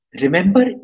Remember